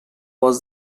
was